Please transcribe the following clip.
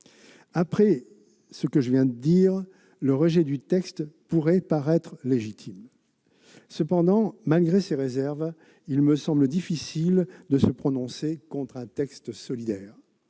Après ce que je viens de dire, le rejet de la proposition de loi paraîtrait légitime. Cependant, malgré ces réserves, il me semble difficile de se prononcer contre un texte solidaire.